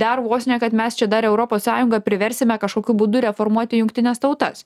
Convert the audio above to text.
dar vos ne kad mes čia dar europos sąjungą priversime kažkokiu būdu reformuoti jungtines tautas